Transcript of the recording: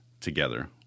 together